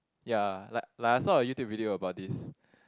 ya like like I saw a YouTube video about this